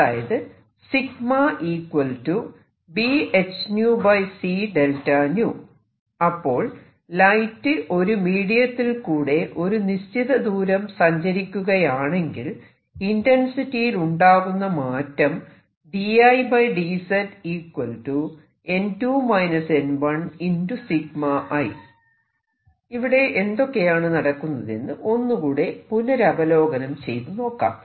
അതായത് അപ്പോൾ ലൈറ്റ് ഒരു മീഡിയത്തിൽ കൂടെ ഒരു നിശ്ചിത ദൂരം സഞ്ചരിക്കുകയാണെങ്കിൽ ഇന്റെൻസിറ്റിയിലുണ്ടാകുന്ന മാറ്റം ഇവിടെ എന്തൊക്കെയാണ് നടക്കുന്നതെന്ന് ഒന്ന് കൂടെ പുനരവലോകനം ചെയ്തു നോക്കാം